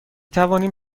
توانیم